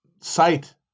sight